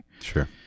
Sure